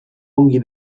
ongi